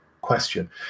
question